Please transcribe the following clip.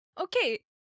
Okay